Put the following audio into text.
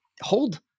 hold